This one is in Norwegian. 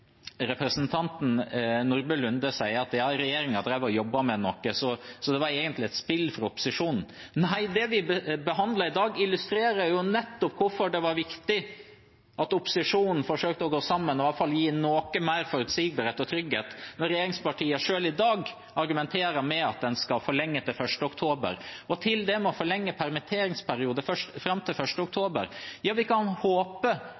representanten Nordby Lunde si at regjeringen drev og jobbet med noe, så det var egentlig et spill fra opposisjonen. Nei, det vi behandler i dag, illustrerer nettopp hvorfor det var viktig at opposisjonen forsøkte å gå sammen og i hvert fall gi noe mer forutsigbarhet og trygghet, når regjeringspartiene selv i dag argumenterer med at en skal forlenge til 1. oktober. Til det med å forlenge permitteringsperioden fram til 1. oktober: Ja, vi kan håpe